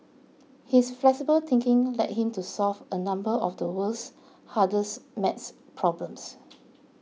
his flexible thinking led him to solve a number of the world's hardest math problems